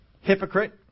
Hypocrite